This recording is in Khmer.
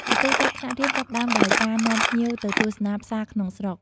ជាទូទៅ ថ្នាក់រៀនចាប់ផ្តើមដោយការនាំភ្ញៀវទៅទស្សនា ផ្សារក្នុងស្រុក ។